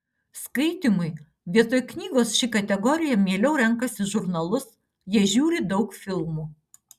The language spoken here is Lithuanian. skaitymui vietoj knygos ši kategorija mieliau renkasi žurnalus jie žiūri daug filmų